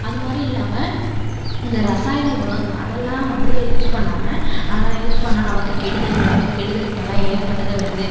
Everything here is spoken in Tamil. அது மாதிரி இல்லாமல் இந்த ரசாயன உரம் அதெல்லாம் வந்து யூஸ் பண்ணாமல் அதெலாம் யூஸ் பண்ணால் நமக்கு கெடுதல் உடம்புக்கு கெடுதல் இப்போல்லாம் ஏகப்பட்டது வருது